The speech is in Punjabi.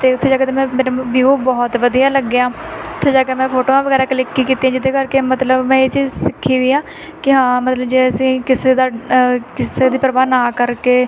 ਅਤੇ ਉੱਥੇ ਜਾ ਕੇ ਤਾਂ ਮੈਂ ਵਿਊ ਬਹੁਤ ਵਧੀਆ ਲੱਗਿਆ ਉੱਥੇ ਜਾ ਕੇ ਮੈਂ ਫੋਟੋਆਂ ਵਗੈਰਾ ਕਲਿੱਕ ਕੀ ਕੀਤੀਆਂ ਜਿਹਦੇ ਕਰਕੇ ਮਤਲਬ ਮੈਂ ਇਹ ਚੀਜ਼ ਸਿੱਖੀ ਵੀ ਆ ਕਿ ਹਾਂ ਮਤਲਬ ਜੇ ਅਸੀਂ ਕਿਸੇ ਦਾ ਕਿਸੇ ਦੀ ਪ੍ਰਵਾਹ ਨਾ ਕਰਕੇ